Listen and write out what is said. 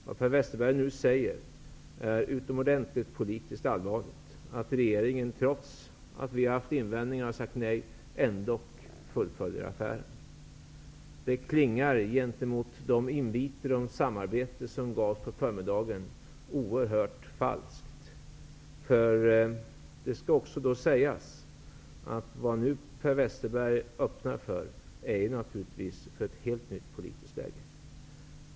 Det Per Westerberg nu säger är politiskt utomordentligt allvarligt, att regeringen trots att vi har haft invändningar och sagt nej ändock fullföljer affären. Det klingar oerhört falsk gentemot de inviter om samarbete som gjordes på förmiddagen. Det skall också sägas att det Per Westerberg nu öppnar för är naturligtvis ett helt nytt politiskt läge.